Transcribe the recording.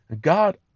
God